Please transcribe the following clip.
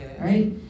Right